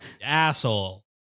Asshole